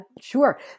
sure